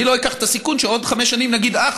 אני לא אקח את הסיכון שעוד חמש שנים נגיד: אה,